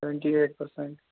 twenty eight percent